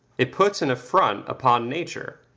it puts an affront upon nature.